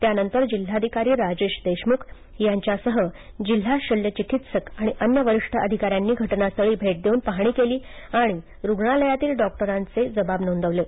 त्यानंतर जिल्हाधिकारी राजेश देशमुख यांच्यासह जिल्हा शल्य चिकित्सक आणि अन्य वरिष्ठ अधिकाऱ्यांनी घटनास्थळी भेट देऊन पाहणी केली आणि रुग्णालयातील डॉक्टरांचेही जबाब नोंदवण्यात आले आहेत